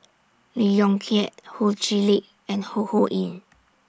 Lee Yong Kiat Ho Chee Lick and Ho Ho Ying